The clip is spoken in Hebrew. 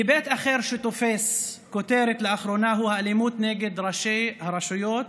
היבט אחר שתופס כותרת לאחרונה הוא האלימות נגד ראשי הרשויות